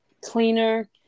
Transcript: cleaner